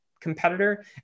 competitor